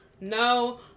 No